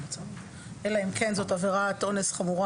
אלא אם זו עבירת אונס חמורה,